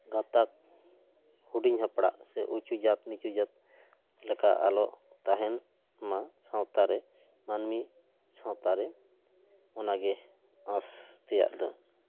ᱜᱟᱛᱟᱠ ᱦᱩᱰᱤᱧ ᱦᱟᱯᱲᱟᱜ ᱥᱮ ᱩᱪᱩ ᱡᱟᱛ ᱱᱤᱪᱩ ᱡᱟᱛ ᱞᱮᱠᱟ ᱟᱞᱚ ᱛᱟᱦᱮᱱ ᱢᱟ ᱥᱟᱶᱛᱟ ᱨᱮ ᱢᱟᱹᱱᱢᱤ ᱥᱟᱶᱛᱟ ᱨᱮ ᱚᱱᱟᱜᱮ ᱟᱥ ᱛᱮᱭᱟᱜ ᱫᱚ